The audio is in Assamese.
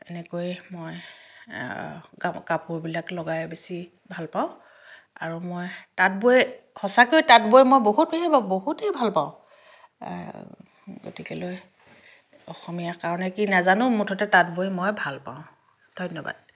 এনেকৈয়ে মই কাপ কাপোৰবিলাক লগাই বেছি ভাল পাওঁ আৰু মই তাঁত বৈ সঁচাকৈয়ে তাঁত বৈ মই বহুতেই মই বহুতেই ভাল পাওঁ গতিকেলৈ অসমীয়া কাৰণে কি নাজানো মুঠতে তাঁত বৈ মই ভাল পাওঁ ধন্যবাদ